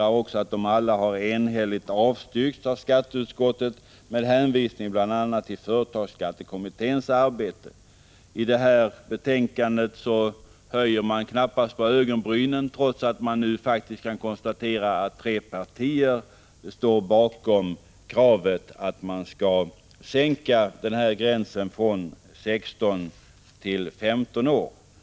1985/86:106 de alla enhälligt har avstyrkts av skatteutskottet med hänvisning bl.a. till företagsskattekommitténs arbete. I fråga om detta betänkande höjer man knappast på ögonbrynen, trots att man nu faktiskt kan konstatera att tre partier står bakom kravet att gränsen skall sänkas från 16 till 15 år.